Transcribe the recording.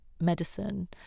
medicine